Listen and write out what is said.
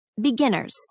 Beginners